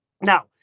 Now